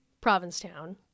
Provincetown